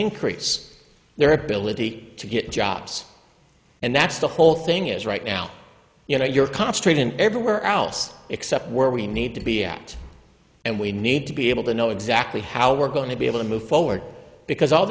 increase their ability to get jobs and that's the whole thing is right now you know you're concentrating everywhere else except where we need to be at and we need to be able to know exactly how we're going to be able to move forward because all